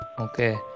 okay